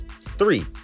Three